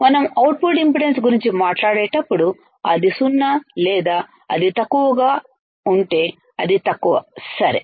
మనం output impedance గురించి మాట్లాడేటప్పుడు అది 0 లేదా అది తక్కువగా ఉంటే అది తక్కువ సరే